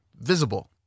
visible